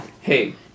Hey